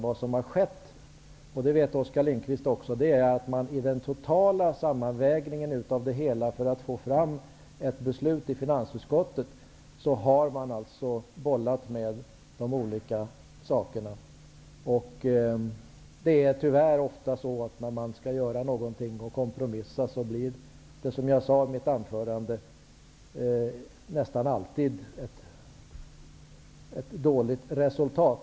Vad som har skett -- och det vet Oskar Lindkvist -- är att man i den totala sammanvägningen för att få fram ett beslut i finansutskottet har bollat med de olika förslagen. Som jag sade i mitt anförande blir det tyvärr, när man kompromissar, nästan alltid ett dåligt resultat.